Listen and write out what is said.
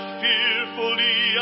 fearfully